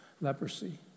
leprosy